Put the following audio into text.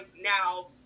now